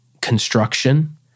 construction